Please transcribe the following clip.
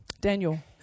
Daniel